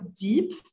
deep